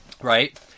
right